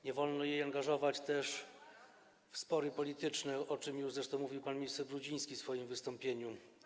Nie wolno jej też angażować w spory polityczne, o czym już zresztą mówił pan minister Brudziński w swoim wystąpieniu.